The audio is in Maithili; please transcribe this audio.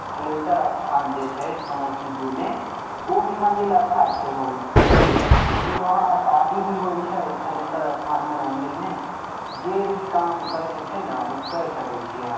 थलेश्वर स्थान जे छै समस्तीपुरमे ओ भी मन्दिर अच्छा छै बहुत वहाँ शादी भी होइ छै थलेश्वर स्थानमे मन्दिरमे जे भी काम करयके छै ने उ करि सकय छियै अहाँ सब